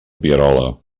pierola